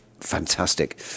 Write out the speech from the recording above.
fantastic